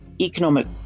economic